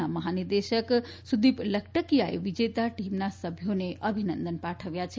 ના મહાનિદેશક સુદીપ લખટકીયાએ વિજેતા ટીમના સભ્યોને અભિનંદન પાઠવ્યા છે